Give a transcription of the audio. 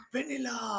Vanilla